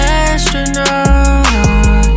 astronaut